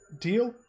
Deal